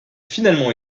finalement